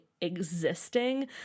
existing